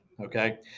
okay